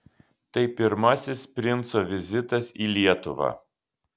tai pirmasis princo vizitas į lietuvą